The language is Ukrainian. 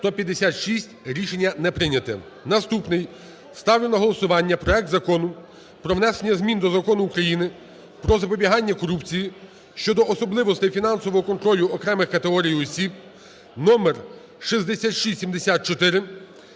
За-156 Рішення не прийнято. Наступний. Ставлю на голосування проект Закону про внесення змін до Закону України "Про запобігання корупції" щодо особливостей фінансового контролю окремих категорій осіб (№ 6674),